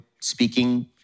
speaking